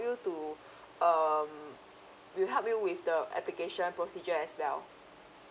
to um we'll help you with the application procedure as well